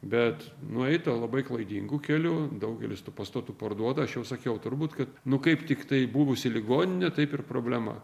bet nueita labai klaidingu keliu daugelis tų pastatų parduoda aš jau sakiau turbūt kad nu kaip tiktai buvusi ligoninė taip ir problema